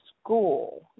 school